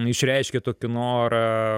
išreiškė tokį norą